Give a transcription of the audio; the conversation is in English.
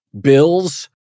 Bills